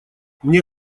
мне